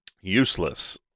Useless